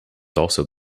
also